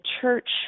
church